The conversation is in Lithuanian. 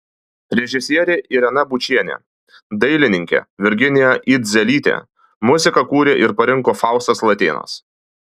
režisierė irena bučienė dailininkė virginija idzelytė muziką kūrė ir parinko faustas latėnas